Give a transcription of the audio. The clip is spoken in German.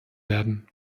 werden